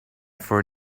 for